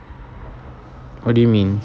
what do you mean